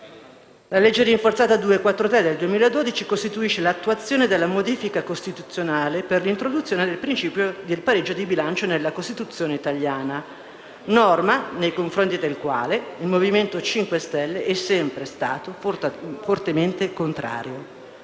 La legge rinforzata n. 243 del 2012 costituisce l'attuazione della modifica costituzionale per l'introduzione del principio del pareggio di bilancio nella Costituzione italiana, norma nei confronti della quale il Movimento 5 Stelle è sempre stato fortemente contrario.